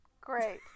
Great